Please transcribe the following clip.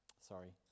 Sorry